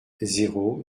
zéro